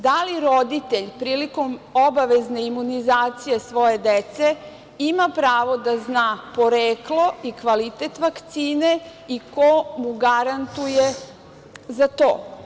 Da li roditelj prilikom obavezne imunizacije svoje dece ima pravo da zna poreklo i kvalitet vakcine i ko mu garantuje za to?